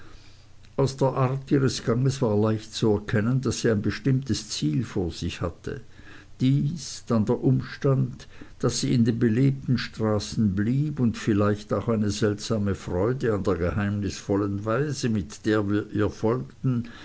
aus der art ihres ganges war leicht zu erkennen daß sie ein bestimmtes ziel vor sich hatte dies dann der umstand daß sie in den belebten straßen blieb und vielleicht auch eine seltsame freude an der geheimnisvollen weise mit der wir ihr folgten